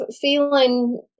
feeling